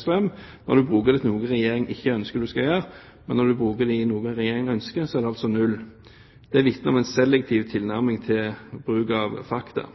strøm når du bruker noe Regjeringen ikke ønsker du skal gjøre. Men når du bruker det i noe av det Regjeringen ønsker, er det altså null. Det er viktig nå med en selektiv tilnærming til bruk av fakta.